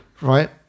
Right